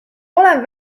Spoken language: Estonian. olen